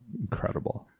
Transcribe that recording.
Incredible